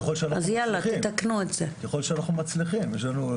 ככל שאנחנו מצליחים.